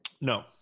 no